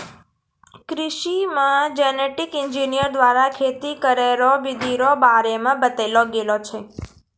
कृषि मे genetic engineer द्वारा खेती करै रो बिधि रो बारे मे बतैलो गेलो छै